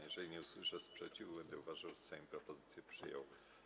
Jeżeli nie usłyszę sprzeciwu, będę uważał, że Sejm propozycję przyjął.